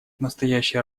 настоящая